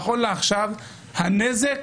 נכון לעכשיו הנזק